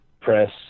press